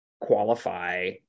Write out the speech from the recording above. qualify